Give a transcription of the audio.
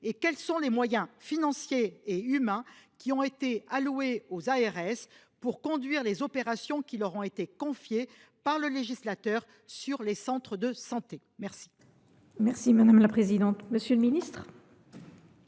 et quels sont les moyens financiers et humains qui ont été alloués aux ARS pour conduire les opérations qui leur ont été confiées par le législateur sur les centres de santé. La parole est à M. le ministre